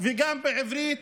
וגם בעברית,